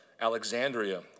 Alexandria